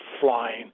flying